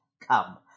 come